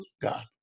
God